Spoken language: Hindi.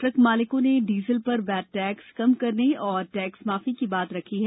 ट्रक मालिको ने डीजल पर वेट टेक्स कम करने और टेक्स माफी की बात रखी है